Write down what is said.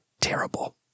terrible